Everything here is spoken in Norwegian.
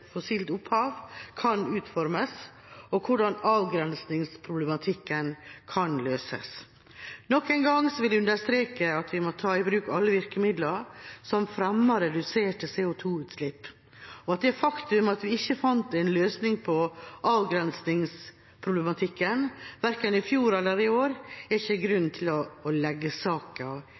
fossilt opphav kan utformes, og hvordan avgrensningsproblematikken kan løses». Nok en gang vil jeg understreke at vi må ta i bruk alle virkemidler som fremmer reduserte CO2-utslipp, og at det faktum at vi ikke fant en løsning på avgrensingsproblematikken verken i fjor eller i år, ikke er noen grunn til å legge